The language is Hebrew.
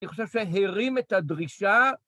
אני חושב שהרים את הדרישה.